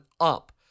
up